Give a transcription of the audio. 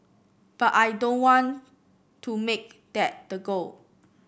but I don't want to make that the goal